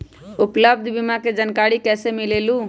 उपलब्ध बीमा के जानकारी कैसे मिलेलु?